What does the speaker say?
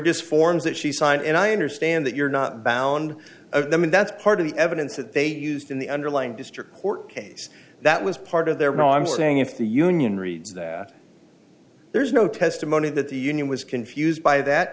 just forms that she signed and i understand that you're not bound of them and that's part of the evidence that they used in the underlying district court case that was part of their mo i'm saying if the union reads that there's no testimony that the union was confused by that